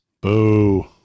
Boo